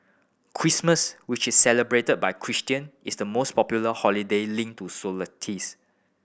Christmas which is celebrated by Christian is the most popular holiday linked to solstice